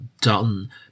done